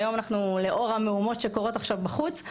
היום אנחנו לאור המהומות שקורות עכשיו בחוץ,